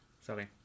Sorry